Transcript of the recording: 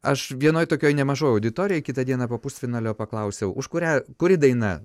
aš vienoj tokioj nemažoj auditorijoj kitą dieną po pusfinalio paklausiau už kurią kuri daina